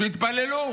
שיתפללו.